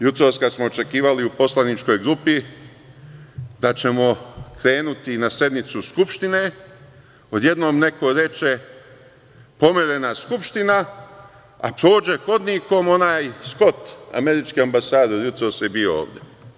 Jutros kada smo očekivali u poslaničkoj grupi da ćemo krenuti na sednicu Skupštine, odjednom neko reče – pomerena Skupština, a prođe hodnikom onaj Skot, američki ambasador, jutros je bio ovde.